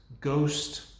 Ghost